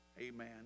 Amen